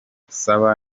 saba